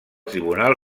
tribunal